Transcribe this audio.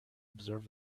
observe